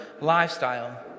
lifestyle